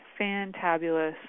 fantabulous